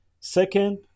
Second